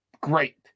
great